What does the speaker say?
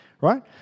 right